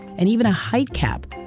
and even a height cap.